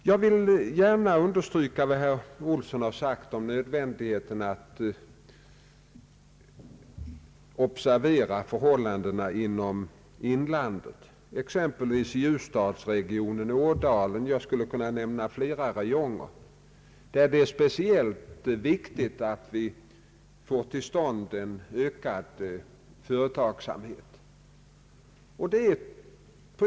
Jag vill gärna understryka vad herr Olsson sagt om nödvändigheten av att observera förhållandena i inlandet, exempelvis i :ljusdalsregionen och Ådalen — jag skulle också kunna nämna andra räjonger — där det är speciellt viktigt att vi får till stånd en ökad företagsamhet.